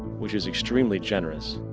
which is extremely generous,